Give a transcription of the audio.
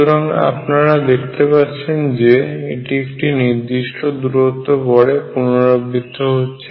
সুতরাং আপনারা দেখতে পাচ্ছেন যে এটি একটি নির্দিষ্ট দূরত্বের পরে পুনরাবৃত্ত হচ্ছে